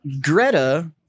Greta